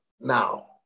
now